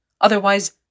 Otherwise